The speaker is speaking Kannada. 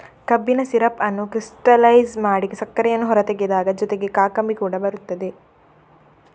ಕಬ್ಬಿನ ಸಿರಪ್ ಅನ್ನು ಕ್ರಿಸ್ಟಲೈಜ್ ಮಾಡಿ ಸಕ್ಕರೆಯನ್ನು ಹೊರತೆಗೆದಾಗ ಜೊತೆಗೆ ಕಾಕಂಬಿ ಕೂಡ ಬರುತ್ತದೆ